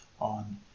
on